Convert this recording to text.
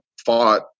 fought